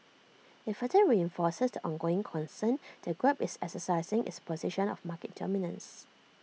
IT further reinforces the ongoing concern that grab is exercising its position of market dominance